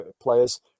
players